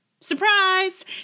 Surprise